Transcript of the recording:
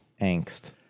Angst